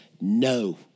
no